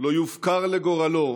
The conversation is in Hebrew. לא יופקר לגורלו,